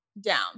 down